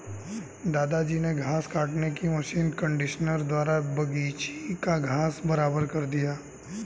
दादाजी ने घास काटने की मशीन कंडीशनर द्वारा बगीची का घास बराबर कर दिया